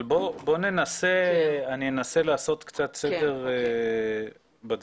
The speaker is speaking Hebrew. אבל אני אנסה לעשות קצת סדר בדברים.